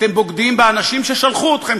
אתם בוגדים באנשים ששלחו אתכם,